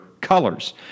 colors